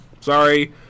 Sorry